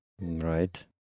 Right